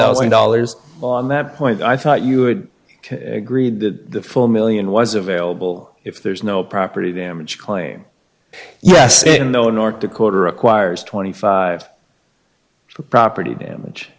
thousand dollars on that point i thought you would agree that the full million was available if there's no property damage claim yes in no north dakota requires twenty five property damage